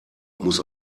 muss